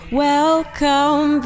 welcome